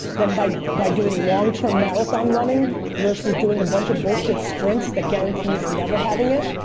then by by doing longterm marathon running versus doing a bunch of bullshit sprints that guarantees never having it,